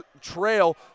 trail